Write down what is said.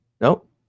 Nope